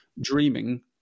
dreaming